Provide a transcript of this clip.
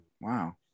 wow